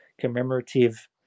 commemorative